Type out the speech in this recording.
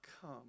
come